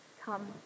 Come